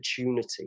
opportunity